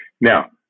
Now